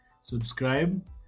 subscribe